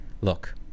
look